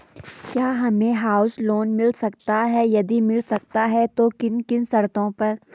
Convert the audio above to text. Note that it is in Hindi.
क्या हमें हाउस लोन मिल सकता है यदि मिल सकता है तो किन किन शर्तों पर?